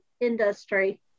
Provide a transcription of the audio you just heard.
industry